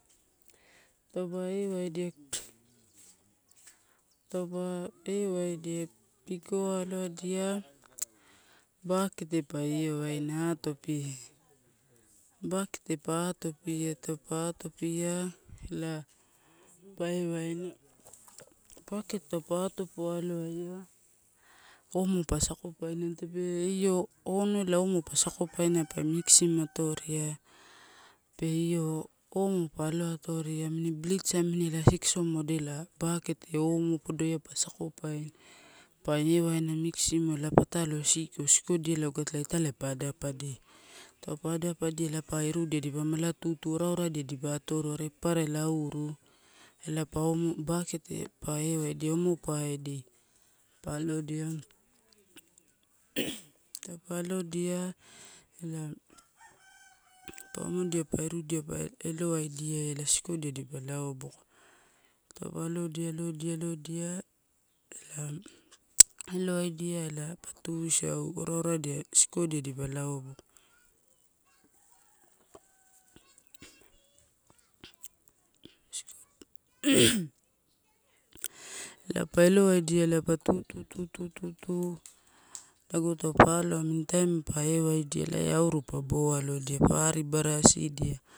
Taupa ewaidia taupa ewaidia piko aloadia bakete pa io waina atopia, bakete pa atopia, taupe atopio ela pa ewaina, bakete taupe atopoaloain. Omo pa sakopaina tape io onu ela omo pa sakopaina pa mixim atoria pe io omo pa aloatoria amini blits amini elai sikso modela bakese omo podoi, pa sakopaina, pa ewaina mixsimua elae patalo sito, sikodiala ogatala itaiai pa adapadia. Taupa adapadia elai pa irudia dipa mala tutu oraoradia dipa atoro are papara elae auru, elaee pa omo bakete pa ewaidia omo paidia. Pa alodia taupe alodia elaee pa omodia pa irudia pa elowaidiaela siskodia ipa aloboto. Taupa alodia, alodia, alodia ela elowaidiaela pa tuisau, oraora, sikodia dipa lao boko siko ela pa elowaidia pa tu, tu, tu, tu lago aupa aloa amini taim pa ewaidia ela auru pa bo allodia, pa ari barasidia.